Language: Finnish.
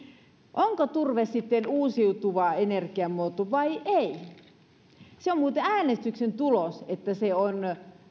onko turve sitten uusiutuva energiamuoto vai ei se on muuten äänestyksen tulos että se on